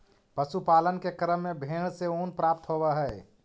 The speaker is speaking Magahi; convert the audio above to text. पशुपालन के क्रम में भेंड से ऊन प्राप्त होवऽ हई